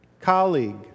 colleague